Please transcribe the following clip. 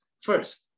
First